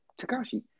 Takashi